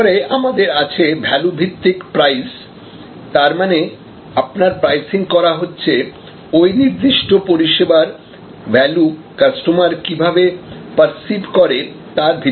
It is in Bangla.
তারপরে আমাদের আছে ভ্যালু ভিত্তিক প্রাইসিং তারমানে আপনার প্রাইসিং করা হচ্ছে ওই নির্দিষ্ট পরিষেবার ভ্যালু কাস্টমার কিভাবে পার্সিভ করে তার ভিত্তিতে